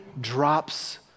drops